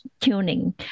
tuning